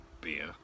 Beer